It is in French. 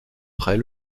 près